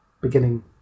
beginning